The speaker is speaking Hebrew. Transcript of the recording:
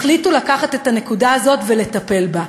החליטו לקחת את הנקודה הזאת ולטפל בה,